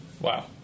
Wow